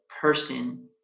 person